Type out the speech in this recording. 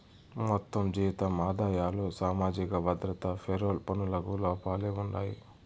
మొత్తం జీతం ఆదాయాలు సామాజిక భద్రత పెరోల్ పనులకు లోపలే ఉండాయి